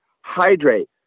Hydrate